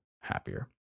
happier